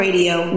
Radio